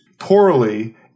poorly